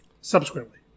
subsequently